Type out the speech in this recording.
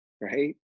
right